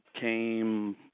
came